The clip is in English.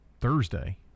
thursday